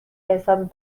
حساب